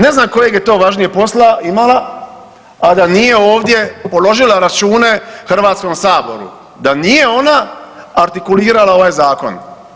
Ne znam kojeg je to važnijeg posla imala, a da nije ovdje položila račune Hrvatskom saboru, da nije ona artikulirala ovaj zakon.